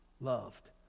loved